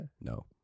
No